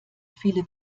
viele